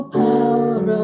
power